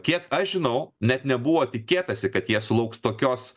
kiek aš žinau net nebuvo tikėtasi kad jie sulauks tokios